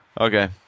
Okay